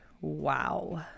wow